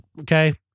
okay